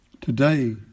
Today